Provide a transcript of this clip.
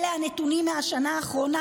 אלה הנתונים מהשנה האחרונה.